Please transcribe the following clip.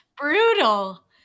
Brutal